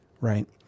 Right